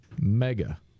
mega